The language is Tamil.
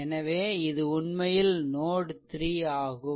எனவே இது உண்மையில் இது நோட் 3 ஆகும்